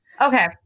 Okay